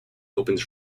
opens